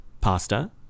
pasta